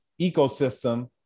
ecosystem